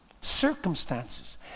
Circumstances